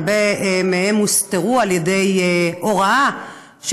הרבה מהם הוסתרו מהם על ידי הוראה של